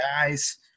guys